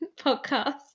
podcast